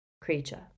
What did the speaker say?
Creature